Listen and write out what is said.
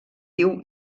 diu